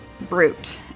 brute